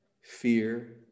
fear